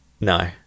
No